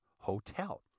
hotel